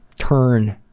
turn